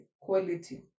quality